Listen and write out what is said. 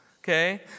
Okay